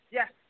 Yes